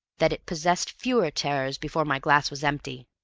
that it possessed fewer terrors before my glass was empty.